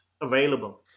available